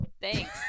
Thanks